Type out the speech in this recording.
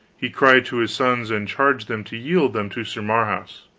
he cried to his sons, and charged them to yield them to sir marhaus.